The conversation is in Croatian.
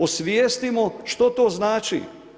Osvijestimo, što to znači.